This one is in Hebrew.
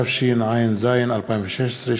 התשע"ז 2016,